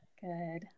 Good